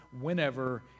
whenever